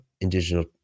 indigenous